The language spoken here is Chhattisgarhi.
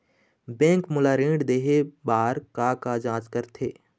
बैंक मोला ऋण देहे बार का का जांच करथे?